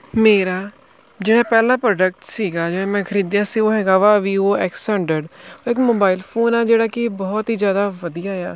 ਮੇਰਾ ਜਿਹੜਾ ਪਹਿਲਾ ਪ੍ਰੋਡਕਟ ਸੀਗਾ ਜਿਹੜਾ ਮੈਂ ਖਰੀਦਿਆ ਸੀ ਉਹ ਹੈਗਾ ਵਾ ਵੀਵੋ ਐਕਸ ਹੰਡਰਡ ਇੱਕ ਮੋਬਾਈਲ ਫੋਨ ਆ ਜਿਹੜਾ ਕਿ ਬਹੁਤ ਹੀ ਜ਼ਿਆਦਾ ਵਧੀਆ ਆ